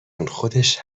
تون، خودش